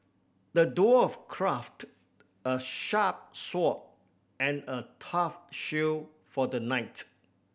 the dwarf crafted a sharp sword and a tough shield for the knight